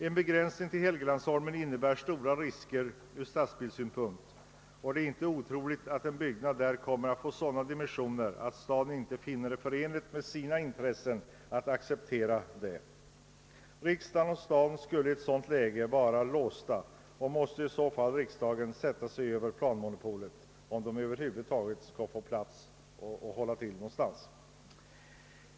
En begränsning till Helgeandsholmen innebär stora risker ur stadsbildssynpunkt, och det är inte otroligt att en byggnad där kommer att få sådana dimensioner att staden inte finner det förenligt med sina intressen att acceptera den. Riksdagen och staden skulle i ett sådant läge vara låsta, och riksdagen måste i så fall sätta sig över planmonopolet, om den över huvud taget skall få en plats att hålla till på.